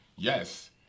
Yes